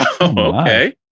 Okay